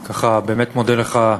בבקשה.